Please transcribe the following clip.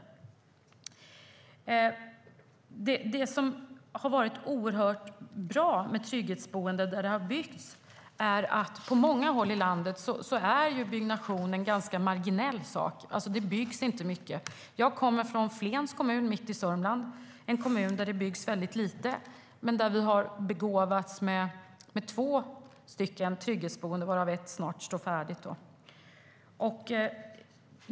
Det finns något som har varit oerhört bra med trygghetsboenden. På många håll i landet är byggnationen ganska marginell. Det byggs inte mycket. Jag kommer från Flen, mitt i Sörmland. Det är en kommun där det byggs väldigt lite, men vi har begåvats med två trygghetsboenden - det andra står snart färdigt.